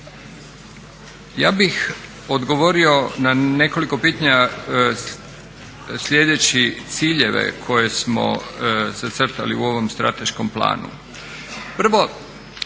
Ja bih odgovorio na nekoliko pitanja slijedeći ciljeve koje smo zacrtali u ovom strateškom planu. Prvo